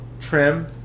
trim